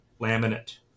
laminate